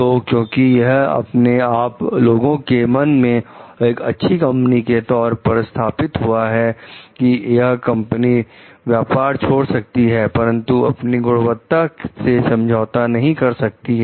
तो क्योंकि यह अपने आप लोगों के मन मे एक अच्छी कंपनी के तौर पर स्थापित हुआ है की यह कंपनी व्यापार छोड़ सकती है परंतु अपनी गुणवत्ता से समझौता नहीं कर सकती है